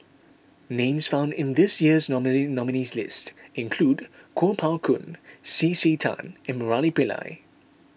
names found in this years nominate nominees' list include Kuo Pao Kun C C Tan and Murali Pillai